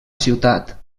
ciutat